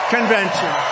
Convention